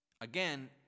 again